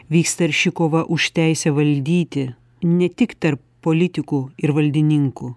vyksta arši kova už teisę valdyti ne tik tarp politikų ir valdininkų